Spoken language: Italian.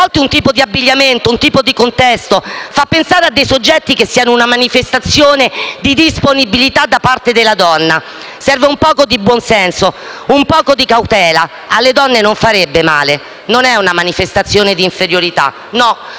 volte un tipo di abbigliamento, un tipo di contesto fa pensare a dei soggetti che siano una manifestazione di disponibilità da parte della donna. Serve un po' di buon senso, un poco di cautela, alle donne non farebbe male. Non è una manifestazione di inferiorità». No,